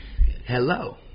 Hello